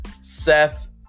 Seth